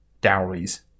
dowries